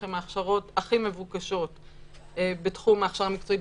הן ההכשרות הכי מבוקשות בתחום ההכשרה המקצועית,